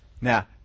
Now